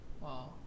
Wow